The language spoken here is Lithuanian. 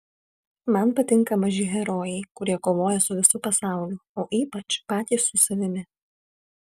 man patinka maži herojai kurie kovoja su visu pasauliu o ypač patys su savimi